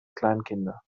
kleinkinder